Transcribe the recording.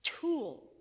tool